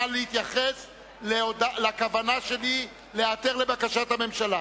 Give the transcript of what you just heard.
נא להתייחס לכוונה שלי להיעתר לבקשת הממשלה.